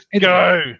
go